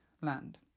land